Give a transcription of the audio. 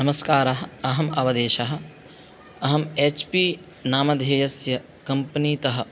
नमस्काराः अहम् अवदेशः अहम् एच् पी नामधेयस्य कम्पनी तः